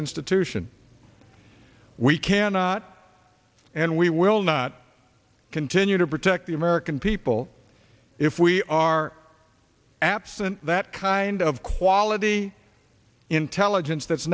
institution we cannot and we will not continue to protect the american people if we are absent that kind of quality intelligence that's